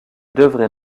devrait